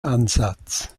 ansatz